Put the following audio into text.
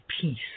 peace